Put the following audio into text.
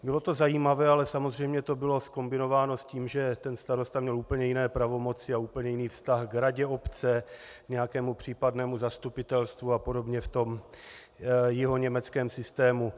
Bylo to zajímavé, ale samozřejmě to bylo zkombinováno s tím, že ten starosta měl úplně jiné pravomoci a úplně jiný vztah k radě obce, nějakému případnému zastupitelstvu a podobně v tom jihoněmeckém systému.